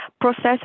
Process